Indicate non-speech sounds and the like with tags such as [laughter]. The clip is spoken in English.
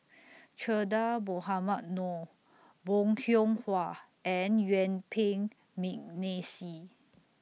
[noise] Che Dah Mohamed Noor Bong Hiong Hwa and Yuen Peng Mcneice